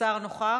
השר נוכח.